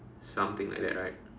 something like that right